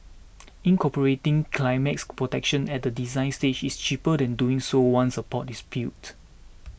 incorporating protection at the design stage is cheaper than doing so once a port is built